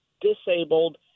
disabled